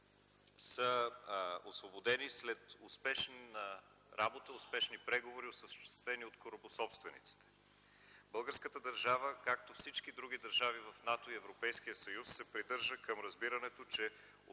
са освободени след успешна работа, успешни преговори, осъществени от корабособствениците. Българската държава, както всички други държави в НАТО и Европейския съюз, се придържа към разбирането, че